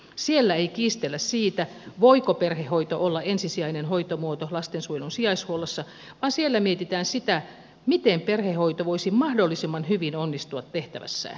siellä ei kiistellä siitä voiko perhehoito olla ensisijainen hoitomuoto lastensuojelun sijaishuollossa vaan siellä mietitään sitä miten perhehoito voisi mahdollisimman hyvin onnistua tehtävässään